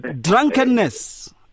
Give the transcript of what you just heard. Drunkenness